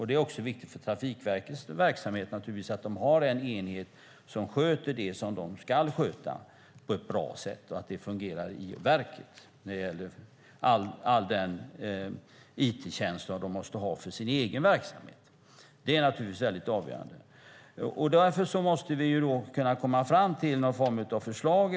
Det är också viktigt för Trafikverkets verksamhet att de har en enhet som sköter det som den ska sköta på ett bra sätt och att det fungerar i verket när det gäller all den it-tjänst som de måste ha för sin egen verksamhet. Det är väldigt avgörande. Därför måste regeringen komma fram till någon form av förslag.